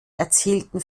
erzielten